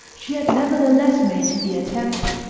she had nevertheless made the attempt.